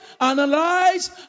analyze